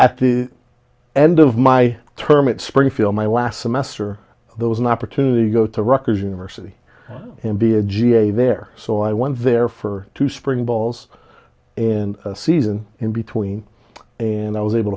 at the end of my term it springfield my last semester there was an opportunity to go to rocker's university and be a ga there so i went there for two spring balls in season in between and i was able